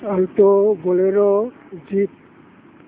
alto bolero jeep